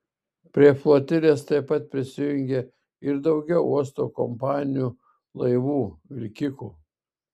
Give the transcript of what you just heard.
prie flotilės taip pat prisijungė ir daugiau uosto kompanijų laivų vilkikų